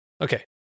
Okay